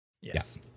yes